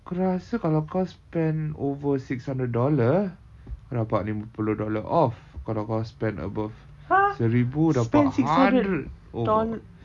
aku rasa kalau kau spend over six hundred dollar kau dapat lima puluh dollar off kalau kau spend above seribu dapat hundred over